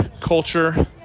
culture